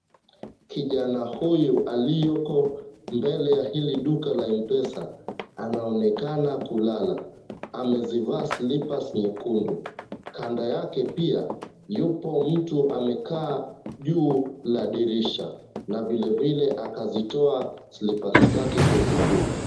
Kijana huyu aliyoko mbele ya hili duka la M-pesa anaonekana kulala amezivaa slippers nyekundu kando yake pia yupo mtu amekaa juu ya dirisha na vilevile akazitoa slippers zake kwenye mguu.